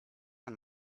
and